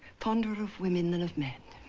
fonder of women than of men.